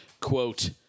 quote